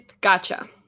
gotcha